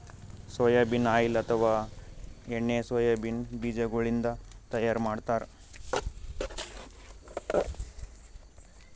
soybean oil ಅಥವಾ ಎಣ್ಣಿ soybean ಬಿಜಾಗೋಳಿನ್ದ ತೈಯಾರ್ ಮಾಡ್ತಾರ್